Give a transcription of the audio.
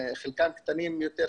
חלקם קטנים יותר,